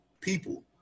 people